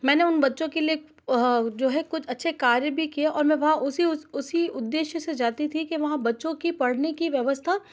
मैंने उन बच्चों के लिए जो है कुछ अच्छे कार्य भी किए और मैं वहाँ उसी उसी उद्देश से जाती थी कि वहाँ बच्चों को पढ़ने की व्यवस्था